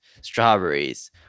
strawberries